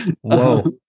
Whoa